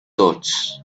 thoughts